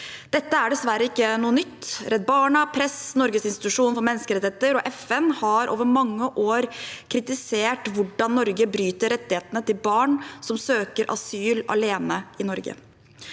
Dette er dessverre ikke noe nytt. Press – Redd Barna Ungdom, Norges institusjon for menneskerettigheter og FN har over mange år kritisert hvordan Norge bryter rettighetene til barn som søker asyl alene i Norge.